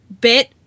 bit